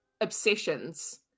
obsessions